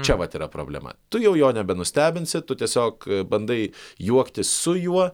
čia vat yra problema tu jau jo nebenustebinsi tu tiesiog bandai juoktis su juo